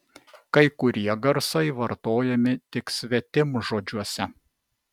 kai kurie garsai vartojami tik svetimžodžiuose